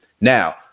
Now